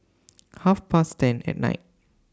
Half Past ten At Night